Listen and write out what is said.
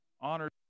honored